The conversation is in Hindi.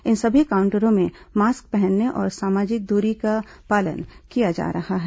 इन सभी काउंटरों में मास्क पहनने और सामाजिक दूरी का पालन किया जा रहा है